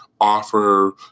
offer